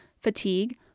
fatigue